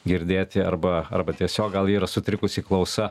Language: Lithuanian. girdėti arba arba tiesiog gal yra sutrikusi klausa